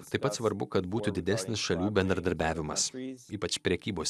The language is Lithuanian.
taip pat svarbu kad būtų didesnis šalių bendradarbiavimas ypač prekybos